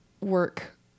work